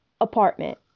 apartment